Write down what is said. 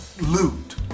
loot